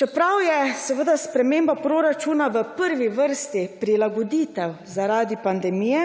Čeprav je sprememba proračuna v prvi vrsti prilagoditev zaradi pandemije,